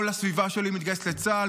כל הסביבה שלי מתגייסת לצה"ל,